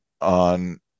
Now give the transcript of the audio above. on –